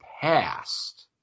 past